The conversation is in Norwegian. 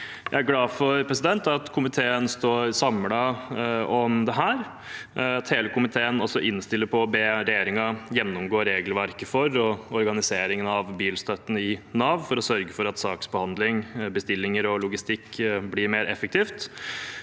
Jeg er glad for at komiteen er samlet om dette, og at hele komiteen innstiller på å be regjeringen gjennomgå regelverket for og organiseringen av bilstøtten i Nav, for å sørge for at saksbehandling, bestillinger og logistikk blir mer effektiv.